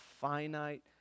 finite